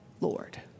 Lord